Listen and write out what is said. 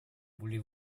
voulez